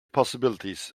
possibilities